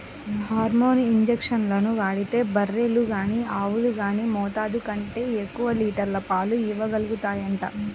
hormone ఇంజక్షన్లు వాడితే బర్రెలు గానీ ఆవులు గానీ మోతాదు కంటే ఎక్కువ లీటర్ల పాలు ఇవ్వగలుగుతాయంట